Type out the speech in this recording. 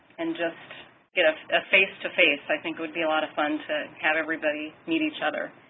and just get ah a face to face. i think would be a lot of fun to have everybody meet each other.